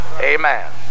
Amen